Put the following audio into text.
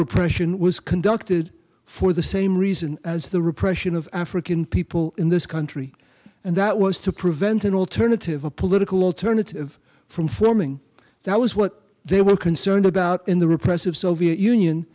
repression was conducted for the same reason as the repression of african people in this country and that was to prevent an alternative a political alternative from forming that was what they were concerned about in the repressive soviet union